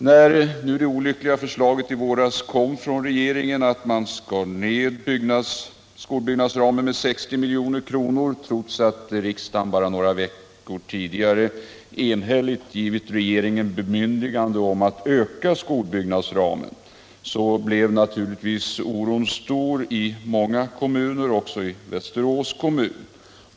När det olyckliga förslaget i våras lades fram av regeringen och som innebar att man skar ned skolbyggnadsramen med 60 milj.kr. — trots att riksdagen bara några veckor tidigare enhälligt gett regeringen bemyndigande att öka skolbyggnadsramen — blev oron stor i många kommuner, också i Västerås.